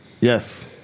yes